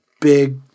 big